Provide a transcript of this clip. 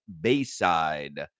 Bayside